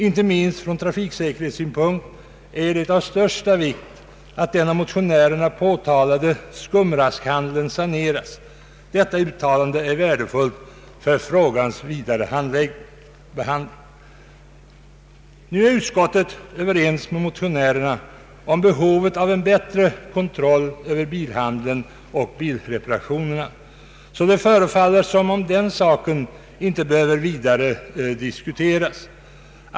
Inte minst från trafiksäkerhetssynpunkt är det av största vikt att den av motionärerna påtalade ”skumraskhandeln” saneras.” Detta uttalande är värdefullt för frågans vidare behandling. Nu är utskottet överens med motionärerna om behovet av en bättre kontroll över bilhandeln och bilreparationerna. Det förefaller därför som om den saken inte behöver diskuteras vidare.